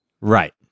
Right